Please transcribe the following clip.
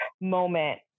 moment